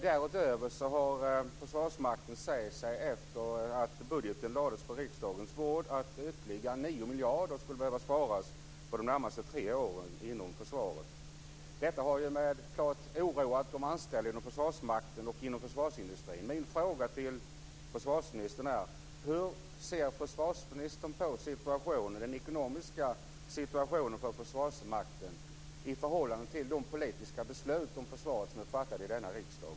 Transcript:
Därutöver har Försvarsmakten sagt, efter det att budgeten lades på riksdagens bord, att ytterligare 9 miljarder skulle behöva sparas inom försvaret under de närmaste tre åren. Detta har helt klart oroat de anställda inom Försvarsmakten i förhållande till de politiska beslut om försvaret som är fattade i denna riksdag?